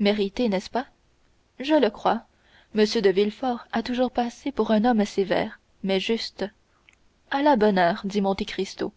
n'est-ce pas je le crois m de villefort a toujours passé pour un homme sévère mais juste à la bonne heure dit monte cristo